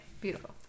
beautiful